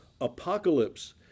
apocalypse